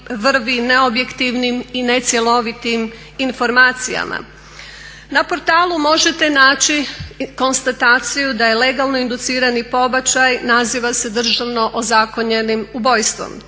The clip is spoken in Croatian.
Na portalu možete naći konstataciju da je legalno inducirani pobačaj naziva se državno ozakonjenim ubojstvom.